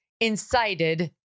incited